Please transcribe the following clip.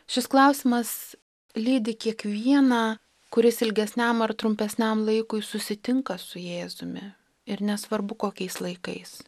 šis klausimas lydi kiekvieną kuris ilgesniam ar trumpesniam laikui susitinka su jėzumi ir nesvarbu kokiais laikais